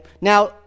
Now